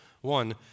One